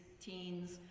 teens